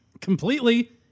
completely